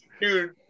Dude